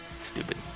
Stupid